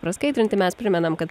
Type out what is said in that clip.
praskaidrinti mes primenam kad